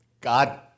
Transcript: God